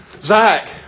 Zach